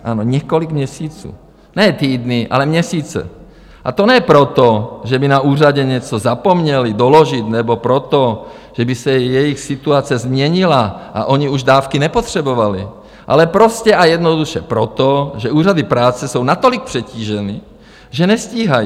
Ano, několik měsíců ne týdny, ale měsíce, a to ne proto, že by na úřadě něco zapomněly doložit nebo proto, že by se jejich situace změnila a ony už dávky nepotřebovaly, ale prostě a jednoduše proto, že úřady práce jsou natolik přetíženy, že nestíhají.